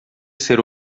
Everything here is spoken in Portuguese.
ser